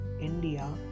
India